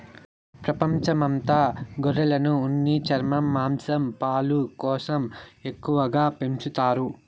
ప్రపంచం అంత గొర్రెలను ఉన్ని, చర్మం, మాంసం, పాలు కోసం ఎక్కువగా పెంచుతారు